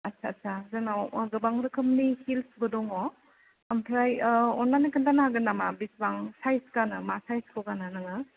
आटसा आटसा जोंनाव गोबां रोखोमनि हिल्सबो दङ ओमफ्राय अन्नानै खोन्थानो हागोन नामा बिसिबां साइस गानो मा साइसखौ गानो नोङो